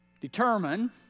Determine